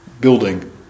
building